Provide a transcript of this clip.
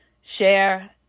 share